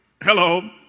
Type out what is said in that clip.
Hello